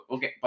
Okay